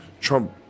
Trump